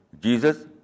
Jesus